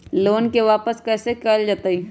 Loan के वापस कैसे कैल जतय?